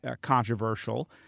controversial